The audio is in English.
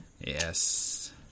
Yes